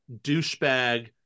douchebag